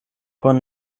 por